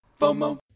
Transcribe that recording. FOMO